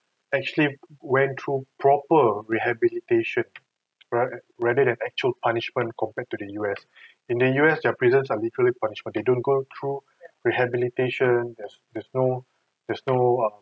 actually went through proper rehabilitation rather rather than actual punishment compared to the U_S in the U_S their prison are literally punishment they don't go through rehabilitation there's there's no there's no um